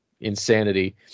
insanity